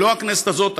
אם לא הכנסת הזאת,